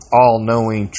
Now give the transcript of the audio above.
all-knowing